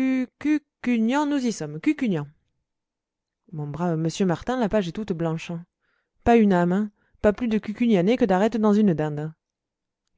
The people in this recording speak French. nous y sommes cucugnan mon brave monsieur martin la page est toute blanche pas une âme pas plus de cucugnanais que d'arêtes dans une dinde